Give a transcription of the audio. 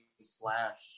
slash